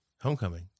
Homecoming